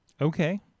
Okay